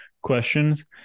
questions